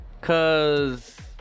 Cause